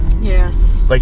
Yes